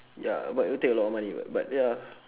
ya but it would take a lot of money [what] but ya